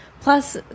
Plus